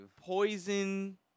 poison